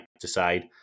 decide